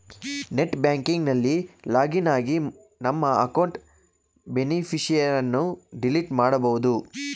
net banking ನಲ್ಲಿ login ಆಗಿ ನಮ್ಮ ಅಕೌಂಟ್ ಬೇನಿಫಿಷರಿಯನ್ನು ಡಿಲೀಟ್ ಮಾಡಬೋದು